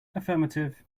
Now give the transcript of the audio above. affirmative